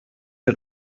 der